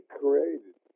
created